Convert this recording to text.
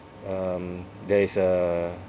um there is a